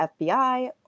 FBI